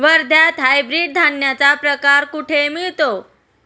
वर्ध्यात हायब्रिड धान्याचा प्रकार कुठे मिळतो?